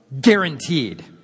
guaranteed